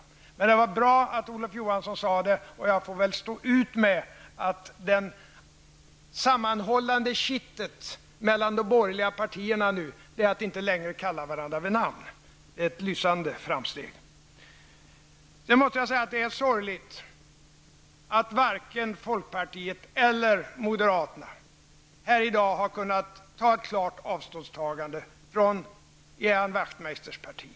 Det var som sagt bra att Olof Johansson sade detta, och jag får väl stå ut med att det sammanhållande kittet mellan de borgerliga partiledarna är att de inte längre kallar varandra vid namn. Det är ett lysande framsteg. Jag måste säga att det är sorgligt att varken folkpartiet eller moderaterna här i dag klart har kunnat ta avstånd från Ian Wachtmeisters parti.